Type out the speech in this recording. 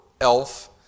elf